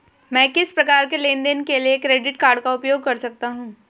मैं किस प्रकार के लेनदेन के लिए क्रेडिट कार्ड का उपयोग कर सकता हूं?